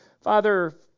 father